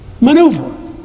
maneuver